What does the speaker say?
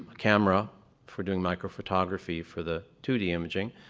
camera for doing microphotography for the two d imaging.